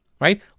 Right